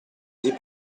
gli